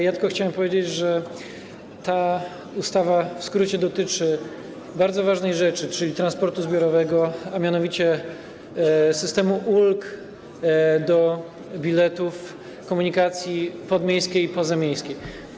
Ja tylko chciałem powiedzieć, że ta ustawa, w skrócie, dotyczy bardzo ważnej rzeczy, czyli transportu zbiorowego, a mianowicie systemu ulg do biletów komunikacji podmiejskiej i pozamiejskiej.